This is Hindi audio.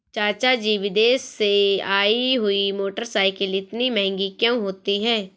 चाचा जी विदेश से आई हुई मोटरसाइकिल इतनी महंगी क्यों होती है?